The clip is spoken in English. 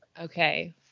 Okay